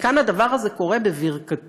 וכאן הדבר הזה קורה בברכתו,